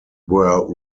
were